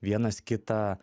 vienas kitą